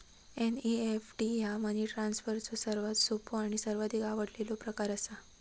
NEFT ह्या money ट्रान्सफरचो सर्वात सोपो आणि सर्वाधिक आवडलेलो प्रकार असा